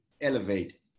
Elevate